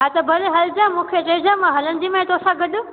हा त भले हलजे मूंखे चएजे मां हलंदी मैं तो सां गॾु